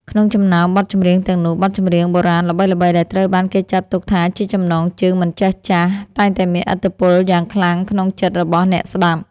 ក្នុងចំណោមបទចម្រៀងទាំងនោះ បទចម្រៀងបុរាណល្បីៗដែលត្រូវបានគេចាត់ទុកថាជាចំណងជើងមិនចេះចាស់ តែងតែមានឥទ្ធិពលយ៉ាងខ្លាំងក្នុងចិត្តរបស់អ្នកស្តាប់។